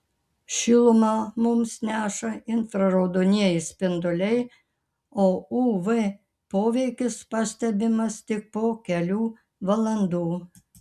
šilumą mums neša infraraudonieji spinduliai o uv poveikis pastebimas tik po kelių valandų